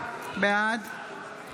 בעד